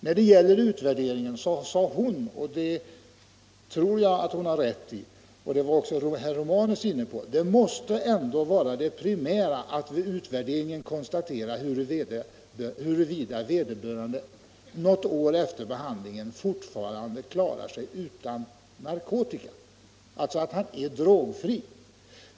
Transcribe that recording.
När det gäller utvärderingen, sade denna socialsekreterare — och det tror jag hon har rätt i; herr Romanus var också inne på det — att det primära måste vara att konstatera huruvida vederbörande något år efter behandlingen fortfarande klarar sig utan narkotika, dvs. är drogfri.